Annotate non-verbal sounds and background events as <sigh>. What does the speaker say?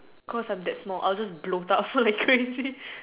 cause I'm that small I'll just bloat up so like <laughs> crazy